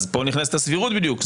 אז פה נכנסת הסבירות בדיוק,